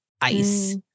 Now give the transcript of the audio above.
ice